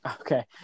Okay